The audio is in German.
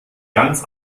ganz